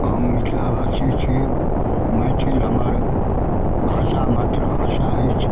हम मिथिलावासी छी मैथिली हमर भाषा मातृभाषा अछि